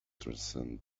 transcend